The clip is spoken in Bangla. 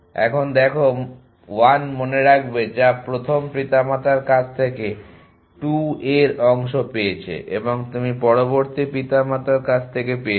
এখন দেখো 1 মনে রাখবে যা প্রথম পিতামাতার কাছ থেকে 2 a এর অংশ পেয়েছে এবং তুমি পরবর্তী পিতামাতার কাছ থেকে পেয়েছো